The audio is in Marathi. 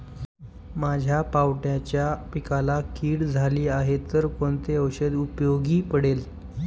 माझ्या पावट्याच्या पिकाला कीड झाली आहे तर कोणते औषध उपयोगी पडेल?